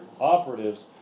operatives